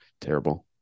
Terrible